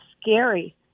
scary